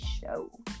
show